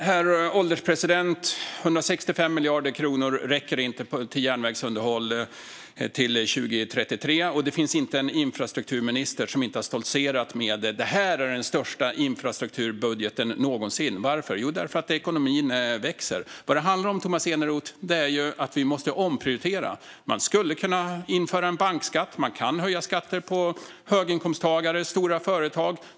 Herr ålderspresident! 165 miljarder kronor räcker inte till järnvägsunderhåll till 2033, och det finns inte en infrastrukturminister som inte har stoltserat och sagt: Det här är den största infrastrukturbudgeten någonsin. Varför? Jo, därför att ekonomin växer. Vad det handlar om, Tomas Eneroth, är att vi måste omprioritera. Man skulle kunna införa en bankskatt. Man kan höja skatter för höginkomsttagare och stora företag.